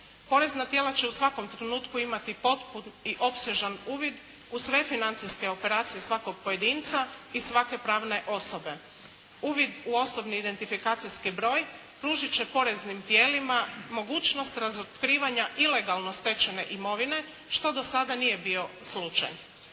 Porezna tijela će u svakom trenutku imati potpun i opsežan uvid u sve financijske operacije svakog pojedinca i svake pravne osobe. Uvid u osobni identifikacijski broj pružit će poreznim tijelima mogućnost razotkrivanja ilegalno stečene imovine, što do sada nije bio slučaj.